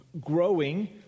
growing